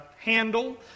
handle